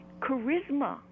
charisma